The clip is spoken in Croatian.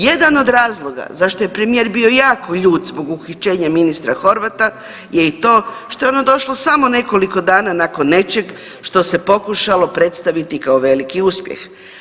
Jedan od razloga zašto je premijer bio jako ljut zbog uhićenja ministra Horvata je i to što je ono došlo samo nekoliko dana nakon nečeg što se pokušalo predstaviti kao veliki uspjeh.